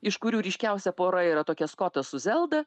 iš kurių ryškiausia pora yra tokia skotas su zelda